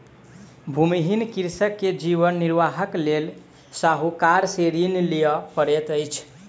भूमिहीन कृषक के जीवन निर्वाहक लेल साहूकार से ऋण लिअ पड़ैत अछि